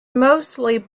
mostly